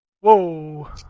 Whoa